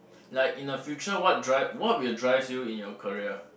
like in a future what drive what will drives you in your career